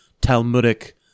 Talmudic